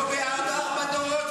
לא תהיה.